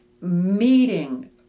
Meeting